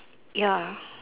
ya